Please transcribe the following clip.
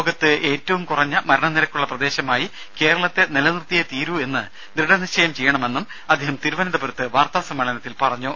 ലോകത്ത് ഏറ്റവും കുറഞ്ഞ മരണനിരക്കുള്ള പ്രദേശമായി കേരളത്തെ നിലനിർത്തിയേ തീരൂ എന്ന് ദൃഢനിശ്ചയം ചെയ്യണമെന്നും അദ്ദേഹം തിരുവനന്തപുരത്ത് വാർത്താസമ്മേളനത്തിൽ പറഞ്ഞു